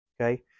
okay